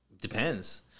Depends